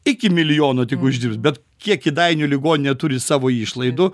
iki milijono tik uždirbs bet kiek kėdainių ligoninė turi savo išlaidų